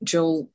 Joel